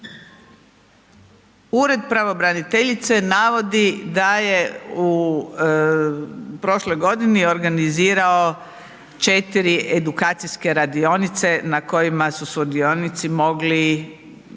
Ured pravobraniteljice navodi da je u prošloj godini organizirao 4 edukacijske radionice na kojima su sudionici mogli